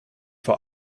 vor